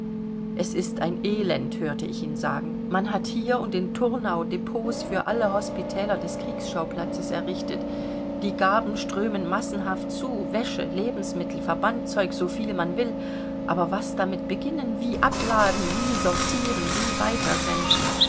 es ist ein elend hörte ich ihn sagen man hat hier und in turnau depots für alle hospitäler des kriegsschauplatzes errichtet die gaben strömen massenhaft zu wäsche lebensmittel verbandzeug so viel man will aber was damit beginnen wie abladen wie sortieren wie